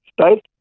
state